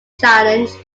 challenge